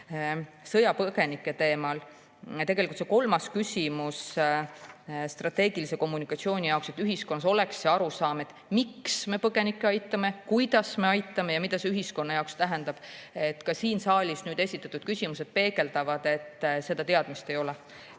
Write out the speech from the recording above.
Sõjapõgenike teema – see kolmas küsimus strateegilise kommunikatsiooni kohta, et ühiskonnas oleks arusaam, miks me põgenikke aitame, kuidas me neid aitame ja mida see ühiskonna jaoks tähendab. Ka siin saalis esitatud küsimused peegeldavad, et seda teadmist ei ole.